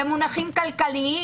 במונחים כלכליים,